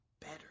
better